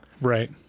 right